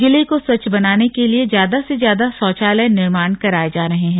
जिले को स्वच्छ बनाने के लिए ज्यादा से ज्यादा शौचालय निर्माण कराये जा रहे हैं